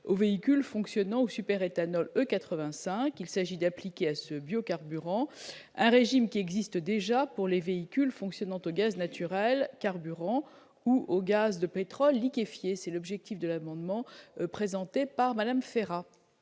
aux véhicules fonctionnant au super éthanol E85, il s'agit d'appliquer à ce biocarburant un régime qui existe déjà pour les véhicules fonctionnant gaz naturel carburant ou au gaz de pétrole liquéfié, c'est l'objectif de l'amendement présenté par Madame Ferrat.